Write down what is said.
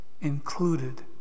included